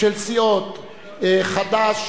של סיעות חד"ש,